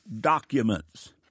documents